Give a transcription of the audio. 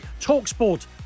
TalkSport